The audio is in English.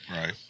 Right